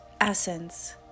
essence